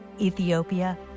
Ethiopia